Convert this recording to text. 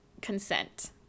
consent